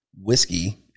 whiskey